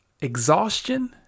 exhaustion